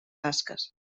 tasques